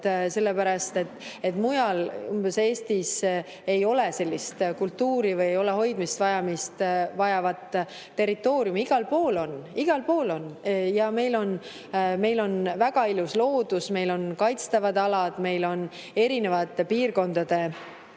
sellepärast et mujal Eestis ei ole sellist kultuuri või ei ole hoidmist vajavat territooriumi. Igal pool on. Igal pool on! Meil on väga ilus loodus, meil on kaitstavad alad, meil on erinevate piirkondade